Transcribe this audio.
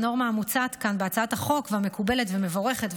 הנורמה המוצעת כאן בהצעת החוק המקובלת והמבורכת,